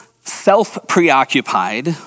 self-preoccupied